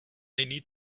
needed